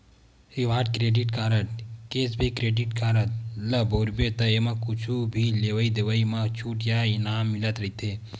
reward credit card, cashback credit card ल बउरबे त एमा कुछु भी लेवइ देवइ म छूट या इनाम मिलत रहिथे